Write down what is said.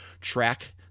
track